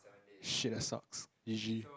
shit that sucks G_G